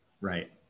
Right